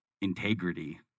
integrity